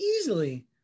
easily